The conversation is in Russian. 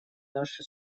наши